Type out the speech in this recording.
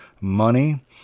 money